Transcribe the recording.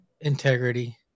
integrity